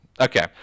Okay